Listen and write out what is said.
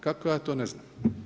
Kako ja to ne znam?